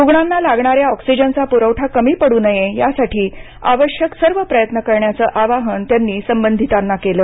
रुग्णांना लागणाऱ्या ऑक्सिजनचा प्रवठा कमी पडू नये यासाठी आवश्यक सर्व प्रयत्न करण्याचं आवाहन त्यांनी संबंधितांना केलं